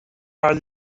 عالی